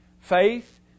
Faith